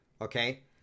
Okay